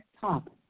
Top